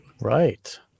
right